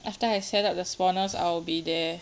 after I set up the spawners I'll be there